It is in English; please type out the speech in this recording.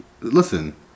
Listen